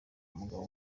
mugabo